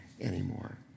anymore